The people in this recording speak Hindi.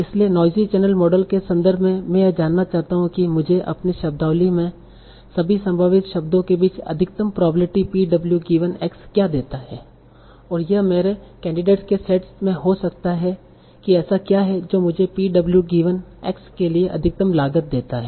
इसलिए नोइज़ी चैनल मॉडल के संदर्भ में मैं यह जानना चाहता हूं कि मुझे अपनी शब्दावली में सभी संभावित शब्दों के बीच अधिकतम probability P w given x क्या देता है या यह मेरे कैंडिडेटस के सेट में हो सकता है कि ऐसा क्या है जो मुझे P w गिवन x के लिए अधिकतम लागत देता है